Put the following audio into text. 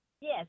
Yes